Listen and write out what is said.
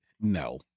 No